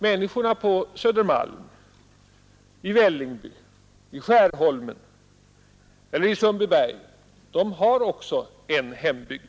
Människorna på Södermalm, i Vällingby, i Skärholmen och i Sundbyberg har också en hembygd.